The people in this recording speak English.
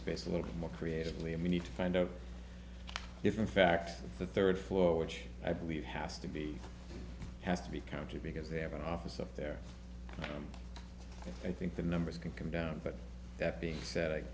space a little more creatively and we need to find out if in fact the third floor which i believe has to be has to be counted because they have an office up there and i think the numbers can come down but that being said i